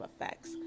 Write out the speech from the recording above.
effects